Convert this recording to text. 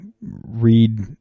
read